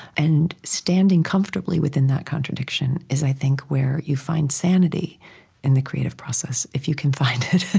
and standing comfortably within that contradiction is, i think, where you find sanity in the creative process if you can find it.